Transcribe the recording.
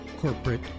corporate